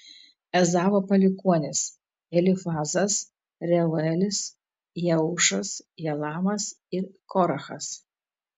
ezavo palikuonys elifazas reuelis jeušas jalamas ir korachas